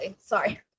Sorry